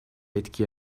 etki